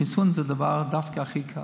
חיסון זה דווקא הדבר הכי קל.